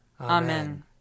Amen